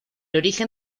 origen